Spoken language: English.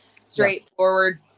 straightforward